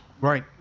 Right